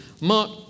Mark